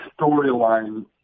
storyline